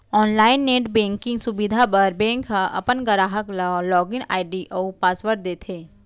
online net banking सुबिधा बर bank ह अपन गराहक ल लॉगिन आईडी अउ पासवर्ड देथे